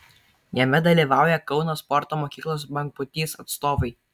jame dalyvauja kauno sporto mokyklos bangpūtys atstovai